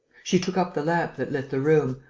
she took up the lamp that lit the room,